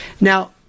Now